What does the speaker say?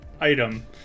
item